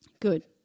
Good